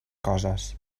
coses